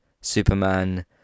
Superman